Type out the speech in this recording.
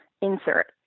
insert